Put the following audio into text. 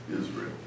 Israel